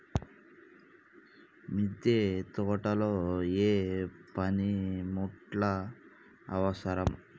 మిద్దె తోటలో ఏ పనిముట్లు అవసరం?